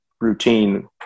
routine